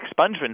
expungement